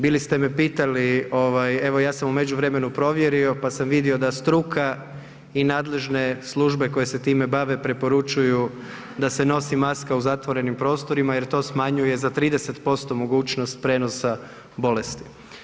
Bili ste me pitali ovaj, evo ja sam u međuvremenu provjerio, pa sam vidio da struka i nadležne službe koje se time bave preporučuju da se nosi maska u zatvorenim prostorima jer to smanjuje za 30% mogućnost prijenosa bolesti.